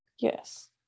Yes